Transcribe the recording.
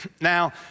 Now